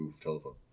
telephone